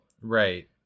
Right